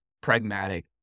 pragmatic